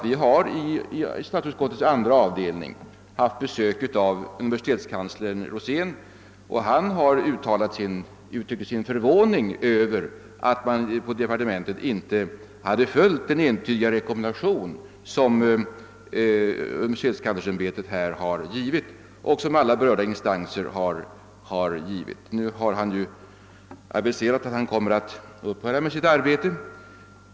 Vi har i statsutskottets andra avdelning haft besök av universitetskansler Rosén, och han uttryckte sin förvåning över att man i departementet inte hade följt den entydiga rekommendation som universitetskanslersämbetet och alla berörda instanser har givit. Nu har han aviserat att han kommer att upphöra med sitt arbete.